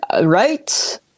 Right